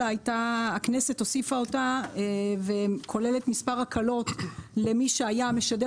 הכנסת הוסיפה אותה והיא כוללת מספר הקלות למי שהיה משדר